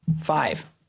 Five